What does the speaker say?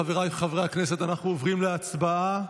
חבריי חברי הכנסת, אנחנו עוברים להצבעה.